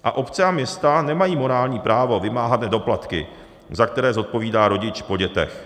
A obce a města nemají morální právo vymáhat nedoplatky, za které zodpovídá rodič po dětech.